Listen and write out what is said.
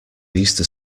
easter